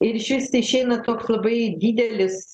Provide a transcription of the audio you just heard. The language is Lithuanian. ir išvis išeina toks labai didelis